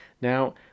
Now